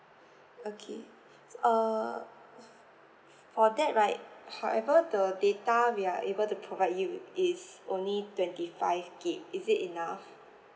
okay err for that right however the data we are able to provide you is only twenty five gig is it enough